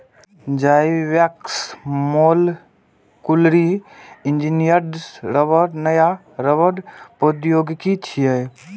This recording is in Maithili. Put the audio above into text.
जाइवेक्स मोलकुलरी इंजीनियर्ड रबड़ नया रबड़ प्रौद्योगिकी छियै